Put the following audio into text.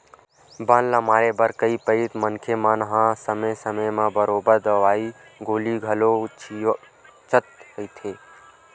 बन ल मारे बर कई पइत मनखे मन हा समे समे म बरोबर दवई गोली घलो छिंचत रहिथे